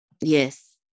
Yes